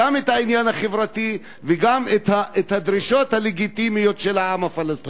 גם את העניין החברתי וגם את הדרישות הלגיטימיות של העם הפלסטיני.